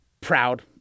proud